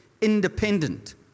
independent